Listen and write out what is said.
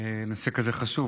נושא כזה חשוב,